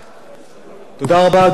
אדוני היושב-ראש,